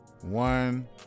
one